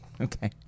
Okay